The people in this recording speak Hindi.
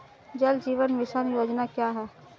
जल जीवन मिशन योजना क्या है?